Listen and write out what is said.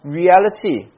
reality